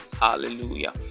hallelujah